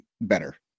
better